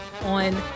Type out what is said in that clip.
on